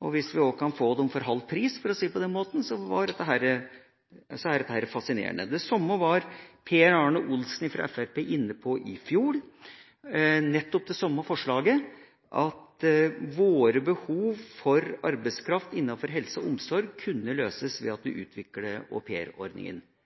Og hvis vi òg kan få dem til halv pris – for å si det på den måten – så er dette fascinerende. Per Arne Olsen fra Fremskrittspartiet var inne på det samme i fjor – nettopp det samme forslaget – at våre behov for arbeidskraft innenfor helse og omsorg kunne løses ved å utvikle aupairordninga. Jeg håper inderlig at vi